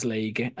League